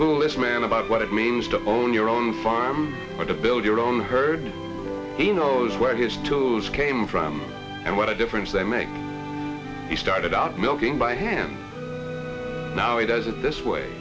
foolish man about what it means to own your own farm or to build your own herd he knows where his tools came from and what a difference they make he started out milking by hand now he does it this way